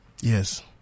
yes